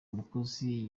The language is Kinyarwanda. mukozi